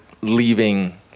leaving